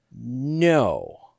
No